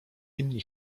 inni